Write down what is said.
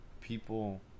people